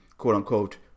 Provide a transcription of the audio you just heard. quote-unquote